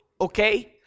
okay